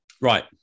Right